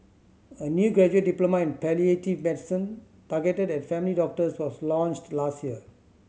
a new graduate diploma in palliative medicine targeted at family doctors was launched last year